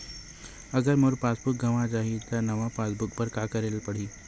अगर मोर passbook गवां जाहि त नवा पास बुक बर का करे ल पड़हि?